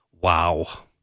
wow